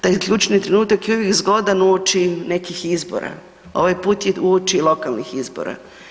Taj ključni trenutak je uvijek zgodan uoči nekih izbora, ovaj put je uoči lokalnih izbora.